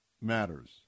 matters